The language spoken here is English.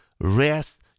rest